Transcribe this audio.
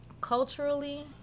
culturally